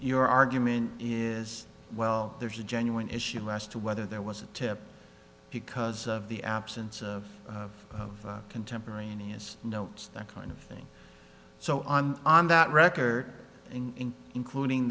your argument is well there's a genuine issue as to whether there was a tip because of the absence of contemporaneous notes that kind of thing so on on that record including